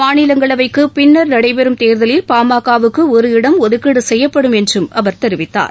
மாநிவங்களவைக்கு பின்னர் நடைபெறும் தேர்தலில் பாமகவுக்கு ஒரு இடம் ஒதுக்கீடு செய்யப்படும் என்றும் அவர் தெரிவித்தார்